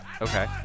Okay